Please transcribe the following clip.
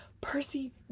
Percy